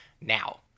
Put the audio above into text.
now